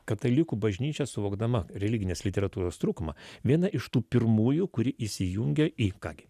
katalikų bažnyčia suvokdama religinės literatūros trūkumą viena iš tų pirmųjų kuri įsijungia į ką gi